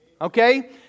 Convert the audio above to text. Okay